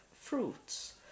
fruits